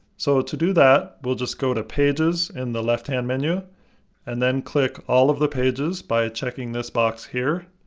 so to do that, we'll just go to pages in the left-hand menu and then select all of the pages by checking this box here.